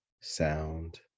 sound